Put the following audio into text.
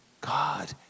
God